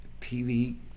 TV